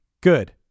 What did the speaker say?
Good